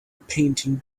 painting